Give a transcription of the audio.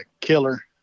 killer